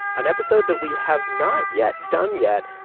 an episode that we have not yet done yet,